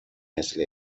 مثل